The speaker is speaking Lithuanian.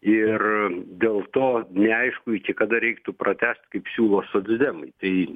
ir dėl to neaišku iki kada reiktų pratęst kaip siūlo socdemai į